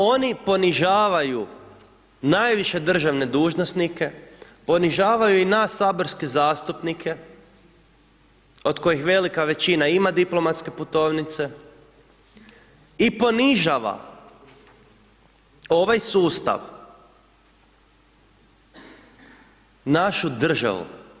Oni ponižavaju najviše državne dužnosnike, ponižavaju i nas saborske zastupnike od kojih velika većina ima diplomatske putovnice i ponižava ovaj sustav, našu državu.